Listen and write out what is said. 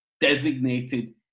designated